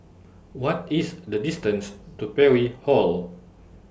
What IS The distance to Parry Hall